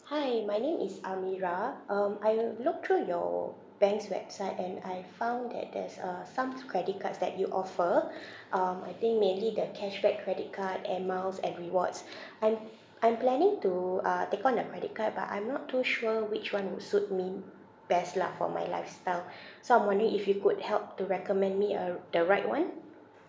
hi my name is amirah um I look through your bank's website and I found that there's uh some credit cards that you offer um I think mainly the cashback credit card air miles and rewards I'm I'm planning to uh take on a credit card but I'm not too sure which one would suit me best lah for my lifestyle so I'm wondering if you could help to recommend me a r~ the right one